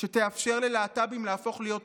שתאפשר ללהט"בים להפוך להיות הורים,